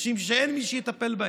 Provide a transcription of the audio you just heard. אנשים שאין מי שיטפל בהם,